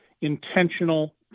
intentional